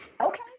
Okay